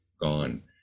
gone